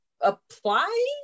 apply